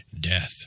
death